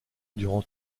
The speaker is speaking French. durant